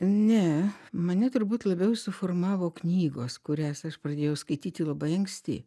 ne mane turbūt labiau suformavo knygos kurias aš pradėjau skaityti labai anksti